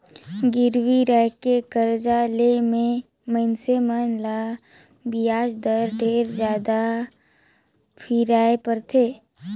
गिरवी राखके करजा ले मे मइनसे मन ल बियाज दर ढेरे जादा फिराय परथे